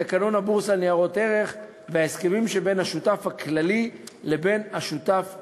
תקנון הבורסה לניירות ערך וההסכמים שבין השותף הכללי לבין השותף המוגבל.